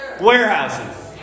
Warehouses